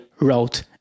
wrote